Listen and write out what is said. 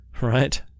right